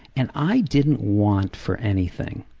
and i didn't want for anything.